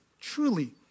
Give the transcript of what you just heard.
truly